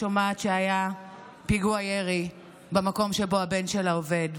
שומעת שהיה פיגוע ירי במקום שבו הבן שלה עובד,